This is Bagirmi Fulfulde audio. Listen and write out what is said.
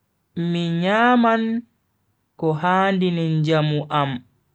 Mi nyaman ko handini njamu am.